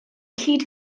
cyd